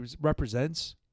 represents